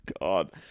God